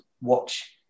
watch